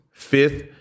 Fifth